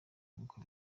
nkuko